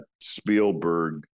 Spielberg